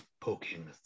poking